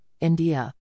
India